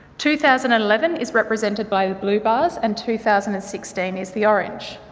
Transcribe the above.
two thousand and eleven is represented by the blue bars and two thousand and sixteen is the orange.